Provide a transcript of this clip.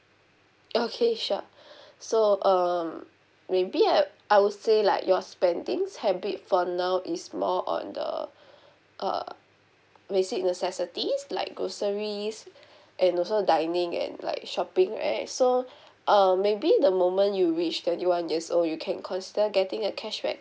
okay sure so um maybe I uh I would say like your spending habit for now is more on the uh basic necessities like groceries and also dining and like shopping right so um maybe the moment you reach twenty one years old you can consider getting a cashback